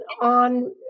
on